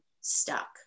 stuck